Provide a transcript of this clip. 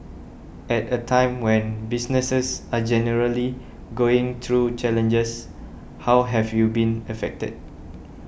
at a time when businesses are generally going through challenges how have you been affected